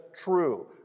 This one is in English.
true